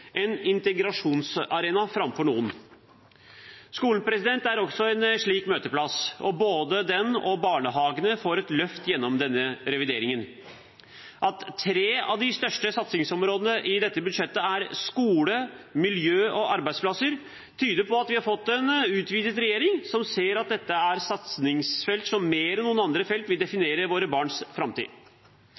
en integrasjonsarena framfor noen. Skolen er også en slik møteplass, og både den og barnehagene får et løft gjennom denne revideringen. At tre av de største satsingsområdene i dette budsjettet er skole, miljø og arbeidsplasser, viser at vi har fått en utvidet regjering som ser at det er satsingsfelt som mer enn andre felt vil definere våre barns framtid.